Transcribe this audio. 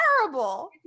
terrible